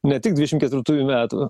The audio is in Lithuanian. ne tik dvidešim ketvirtųjų metų